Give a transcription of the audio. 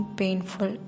painful